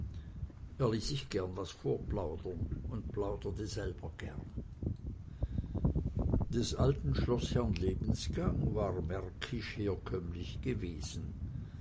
sich gern was vorplaudern und plauderte selber gern des alten schloßherrn lebensgang war märkisch herkömmlich gewesen